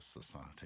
society